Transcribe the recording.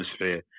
atmosphere